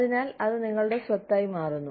അതിനാൽ അത് നിങ്ങളുടെ സ്വത്തായി മാറുന്നു